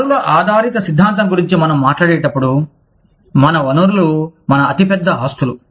వనరుల ఆధారిత సిద్ధాంతం గురించి మనం మాట్లాడేటప్పుడు మన వనరులు మన అతిపెద్ద ఆస్తులు